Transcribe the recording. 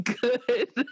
good